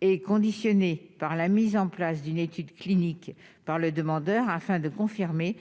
est conditionnée par la mise en place d'une étude clinique par le demandeur afin de confirmer